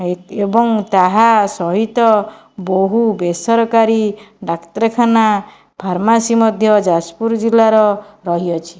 ଏବଂ ତାହା ସହିତ ବହୁ ବେସରକାରୀ ଡ଼ାକ୍ତରଖାନା ଫାର୍ମାସି ମଧ୍ୟ ଯାଜପୁର ଜିଲ୍ଲାର ରହିଅଛି